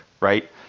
right